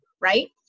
right